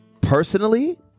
personally